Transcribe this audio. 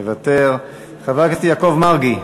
מוותר, חבר הכנסת יעקב מרגי,